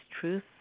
truth